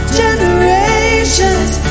generations